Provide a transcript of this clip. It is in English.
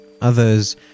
Others